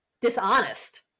dishonest